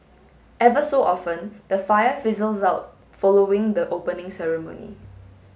ever so often the fire fizzles out following the opening ceremony